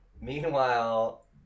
meanwhile